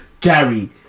Gary